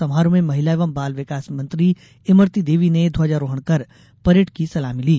समारोह में महिला एवं बाल विकास मंत्री इमरती देवी ने ध्वजारोहण कर परेड की सलामी ली